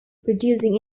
producing